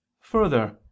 Further